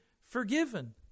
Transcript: forgiven